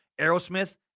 Aerosmith